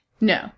No